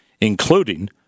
including